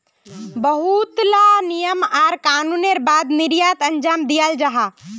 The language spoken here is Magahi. बहुत ला नियम आर कानूनेर बाद निर्यात अंजाम दियाल जाहा